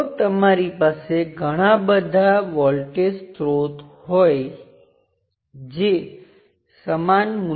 જો મારી પાસે વોલ્ટેજ સ્ત્રોત Vth અને Rth મૂલ્યનો રેઝિસ્ટન્સ હોય